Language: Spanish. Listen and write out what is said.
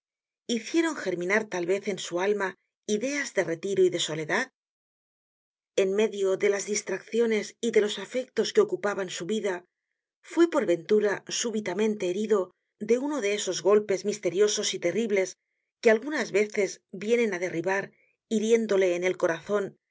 hicieron germinar tal vez en su alma ideas de retiro y de soledad en medio de las distracciones y de los afectos que ocupaban su vida fue por ventura súbitamente herido de uno de esos golpes misteriosos y terribles que algunas veces vienen á derribar hiriéndole en el cora i